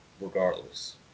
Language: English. regardless